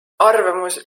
arvamus